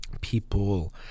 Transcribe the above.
people